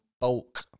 bulk